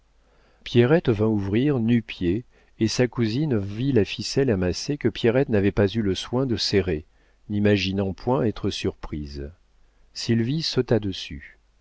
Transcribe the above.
pierrette vint ouvrir nu-pieds et sa cousine vit la ficelle amassée que pierrette n'avait pas eu le soin de serrer n'imaginant point être surprise sylvie sauta dessus